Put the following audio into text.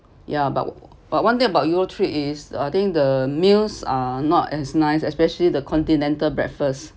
ya but one thing about europe trip is I think the meals are not as nice especially the continental breakfast